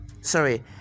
sorry